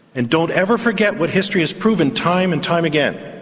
and don't ever forget what history has proven time and time again.